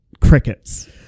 crickets